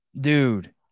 Dude